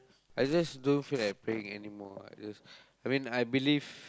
I just don't feel like praying anymore ah I just I mean I believe